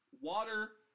water